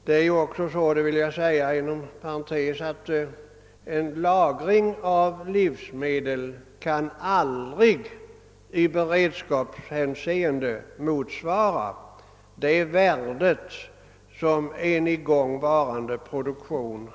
Jag vill inom parentes tillägga att en lagring av livsmedel i beredskapssyfte aldrig kan ha samma värde som en i gång varande jordbruksproduktion.